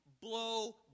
blow